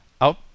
Out